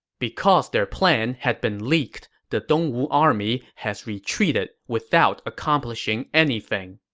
because their plan had been leaked, the dongwu army has retreated without accomplishing anything.